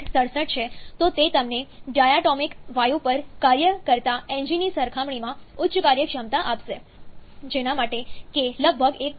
67 છે તો તે તમને ડાયાટોમિક વાયુપર કાર્ય કરતા એન્જિનની સરખામણીમાં ઉચ્ચ કાર્યક્ષમતા આપશે જેના માટે k લગભગ 1